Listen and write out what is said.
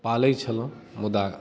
पालै छलहुँ मुदा